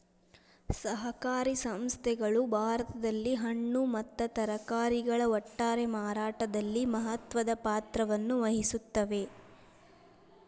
ಸಹಕಾರಿ ಸಂಸ್ಥೆಗಳು ಭಾರತದಲ್ಲಿ ಹಣ್ಣು ಮತ್ತ ತರಕಾರಿಗಳ ಒಟ್ಟಾರೆ ಮಾರಾಟದಲ್ಲಿ ಮಹತ್ವದ ಪಾತ್ರವನ್ನು ವಹಿಸುತ್ತವೆ